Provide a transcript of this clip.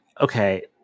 Okay